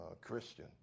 Christian